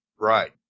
Right